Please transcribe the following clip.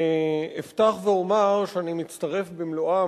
אפתח ואומר שאני מצטרף במלואם,